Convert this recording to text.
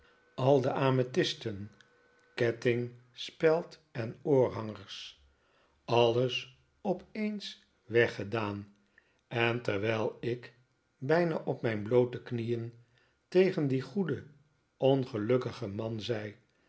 al de amethysten ketting speld en oorhangers alles opeens weggedaan en terwijl ik bijna op mijn bloote knieen tegen dien goeden ongelukkigen man zei